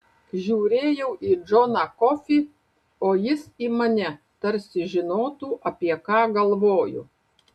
žiūrėjau į džoną kofį o jis į mane tarsi žinotų apie ką galvoju